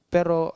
Pero